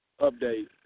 update